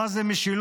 מה זה משילות.